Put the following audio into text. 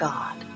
God